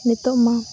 ᱱᱤᱛᱚᱜ ᱢᱟ